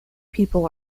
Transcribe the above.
people